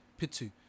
Pitu